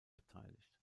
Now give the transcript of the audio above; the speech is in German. beteiligt